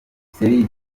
sergio